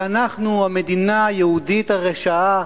ואנחנו, המדינה היהודית הרשעה,